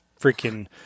freaking